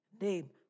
name